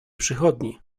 przychodni